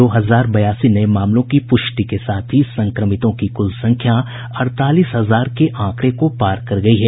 दो हजार बयासी नये मामलों की पुष्टि के साथ ही संक्रमितों की कुल संख्या अड़तालीस हजार के आंकड़े को पार कर गयी है